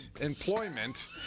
Employment